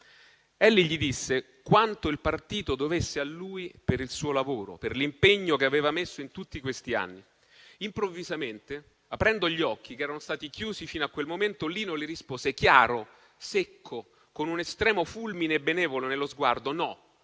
Elly gli ha detto quanto il partito dovesse a lui per il suo lavoro, per l'impegno che aveva messo in tutti questi anni. Improvvisamente, aprendo gli occhi che erano stati chiusi fino a quel momento, Lino le ha risposto chiaro e secco, con un estremo fulmine benevolo nello sguardo: no,